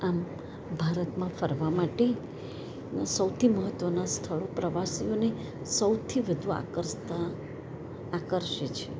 આમ ભારતમાં ફરવા માટે સૌથી મહત્વના સ્થળો પ્રવાસીઓને સૌથી વધુ આકર્ષતા આકર્ષે છે